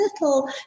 little